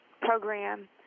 program